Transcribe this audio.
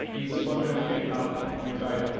he sputtered it out, and cried,